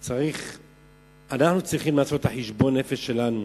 אנחנו צריכים לעשות את חשבון הנפש שלנו,